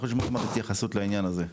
אנחנו נשמע התייחסות לנושא הזה,